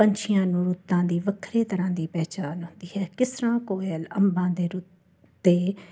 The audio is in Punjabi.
ਪੰਛੀਆਂ ਨੂੰ ਰੁੱਤਾਂ ਦੀ ਵੱਖਰੀ ਤਰ੍ਹਾਂ ਦੀ ਪਹਿਚਾਨ ਹੁੰਦੀ ਹੈ ਕਿਸ ਤਰ੍ਹਾਂ ਕੋਇਲ ਅੰਬਾਂ ਦੇ ਰੁੱਖ 'ਤੇ